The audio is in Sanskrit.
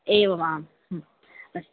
एवमाम् अस्तु